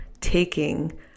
taking